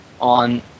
on